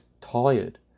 tired